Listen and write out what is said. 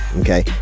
okay